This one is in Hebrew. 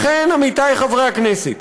לכן, עמיתיי חברי הכנסת,